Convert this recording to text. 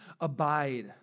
abide